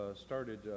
started